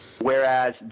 Whereas